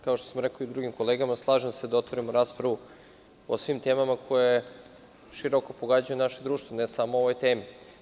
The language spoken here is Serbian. Kao što sam rekao drugim kolegama, slažem se da otvorimo raspravu o svim temama koje široko pogađaju naše društvo ne samo o ovoj temi.